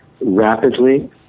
rapidly